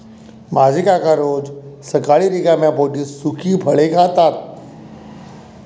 माझे काका रोज सकाळी रिकाम्या पोटी सुकी फळे खातात